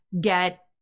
get